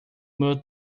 meu